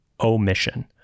omission